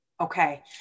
Okay